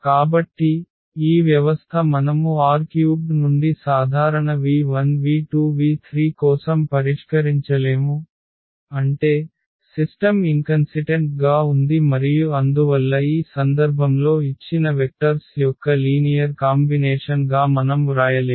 కాబట్టి ఈ వ్యవస్థ మనము R³ నుండి సాధారణ v1 v2 v3 కోసం పరిష్కరించలేము అంటే సిస్టమ్ ఇన్కన్సిస్టెన్ట్ గా ఉంది మరియు అందువల్ల ఈ సందర్భంలో ఇచ్చిన వెక్టర్స్ యొక్క లీనియర్ కాంబినేషన్ గా మనం వ్రాయలేము